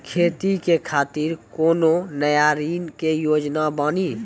खेती के खातिर कोनो नया ऋण के योजना बानी?